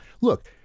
look